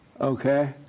Okay